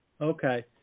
Okay